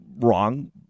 Wrong